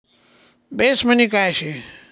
Base money काय शे?